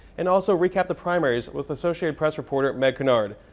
and also recap the primaries with associated press reporter, meg kinnard.